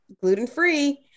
gluten-free